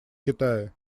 китая